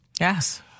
Yes